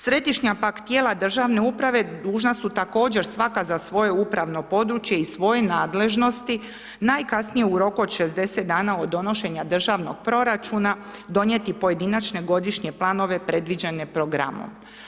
Središnja tijela državne uprave, dužna su također, svaka za svoje upravno područje, i svoje nadležnosti, najkasnije u roku od 60 dana od donošenja državnog proračuna donijeti pojedinačne godišnje planove predviđene programom.